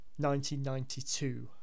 1992